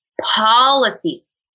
policies